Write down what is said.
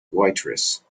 waitress